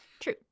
True